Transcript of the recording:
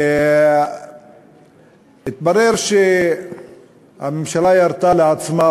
והתברר שהממשלה ירתה לעצמה,